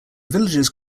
villagers